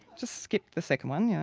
just skipped the second one. yeah